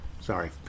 sorry